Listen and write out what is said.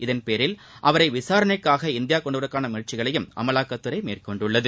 இதன் பேரில் அவரை விசாரணைக்காக இந்தியா கொண்டு வருவதற்கான முயற்சிகளையும் அமலாக்கத்துறை மேற்கொண்டுள்ளது